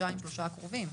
חודשיים-שלושה הקרובים,